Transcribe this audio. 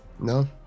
No